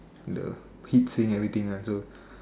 the clean saying everything ah so